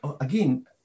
again